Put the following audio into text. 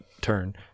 turn